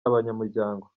abanyamuryango